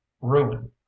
ruin